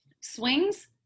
Swings